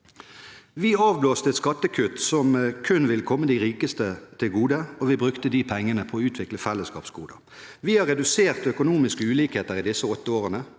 Vi avblåste et skattekutt som kun ville komme de rikeste til gode, og vi brukte de pengene på å utvikle fellesskapsgoder. Vi har redusert økonomiske ulikheter i disse åtte årene,